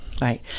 right